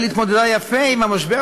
ישראל התמודדה יפה עם המשבר,